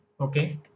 Okay